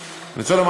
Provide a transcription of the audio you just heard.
אני רוצה, אדוני.